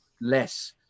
less